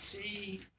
see